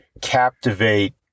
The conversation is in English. captivate